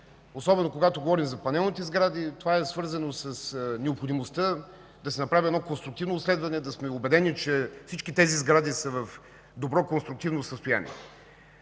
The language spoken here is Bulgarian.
Особено когато говорим за панелните сгради, това е свързано с необходимостта да се направи едно конструктивно обследване – да сме убедени, че всички те са в добро конструктивно състояние.